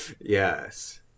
Yes